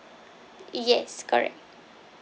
yes correct